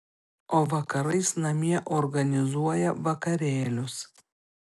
o vakarais namie organizuoja vakarėlius